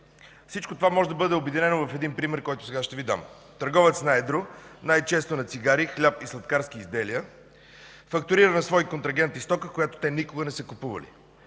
Всичко това може да бъде обединено в един пример, който сега ще Ви дам. Търговец на едро – най-често на цигари, хляб и сладкарски изделия, фактурира на свои контрагенти стока, която те никога не са купували.